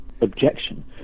objection